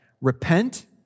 Repent